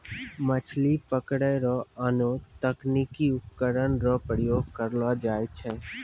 मछली पकड़ै रो आनो तकनीकी उपकरण रो प्रयोग करलो जाय छै